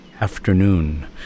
Afternoon